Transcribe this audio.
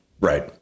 Right